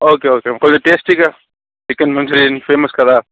okay okay కొంచెం టేస్టీగా chicken manchurian famous కదా